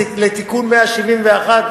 לתיקון 171,